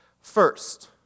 First